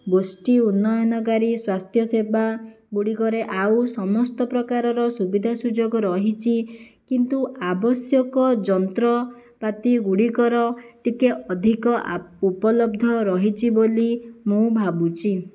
ଗୋଷ୍ଟି ଉନ୍ନୟନକାରି ସ୍ୱାସ୍ଥ୍ୟସେବା ଗୁଡ଼ିକରେ ଆଉ ସମସ୍ତ ପ୍ରକାରର ସୁବିଧା ସୁଯୋଗ ରହିଛି କିନ୍ତୁ ଆବଶ୍ୟକ ଯନ୍ତ୍ର ପାତିଗୁଡ଼ିକର ଟିକିଏ ଅଧିକ ଉପଲବ୍ଧ ରହିଛି ବୋଲି ମୁଁ ଭାବୁଛି